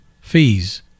Fees